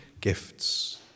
gifts